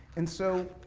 and so,